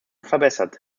verbessert